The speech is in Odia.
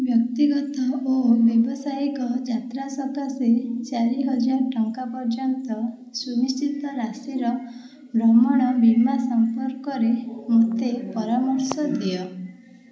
ବ୍ୟକ୍ତିଗତ ଓ ବ୍ୟାବସାୟିକ ଯାତ୍ରା ସକାଶେ ଚାରି ହଜାର ଟଙ୍କା ପର୍ଯ୍ୟନ୍ତ ସୁନିଶ୍ଚିତ ରାଶିର ଭ୍ରମଣ ବୀମା ସମ୍ପର୍କରେ ମୋତେ ପରାମର୍ଶ ଦିଅ